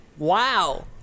Wow